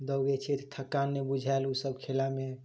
दौगै छै तऽ थकान नहि बुझाएल ओसब खेलामे